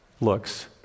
looks